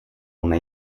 una